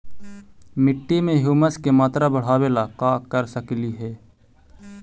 मिट्टी में ह्यूमस के मात्रा बढ़ावे ला का कर सकली हे?